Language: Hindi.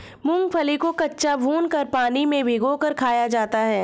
मूंगफली को कच्चा, भूनकर, पानी में भिगोकर खाया जाता है